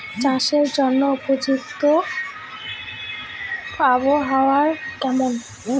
চাষের জন্য উপযোগী আবহাওয়া কেমন?